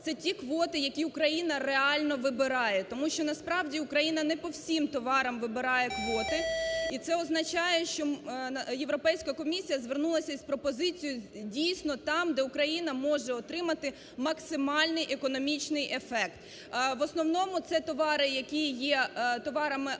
це ті квоти, які Україна реально вибирає, тому що насправді Україна не по всім товарам вибирає квоти. І це означає, що Європейська комісія звернулась із пропозицією, що, дійсно, там, де Україна може отримати максимальний економічний ефект, в основному це товари, які є товарами